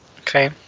Okay